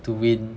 to win